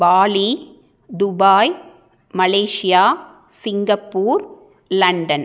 Bali Dubai Malaysia Singapore London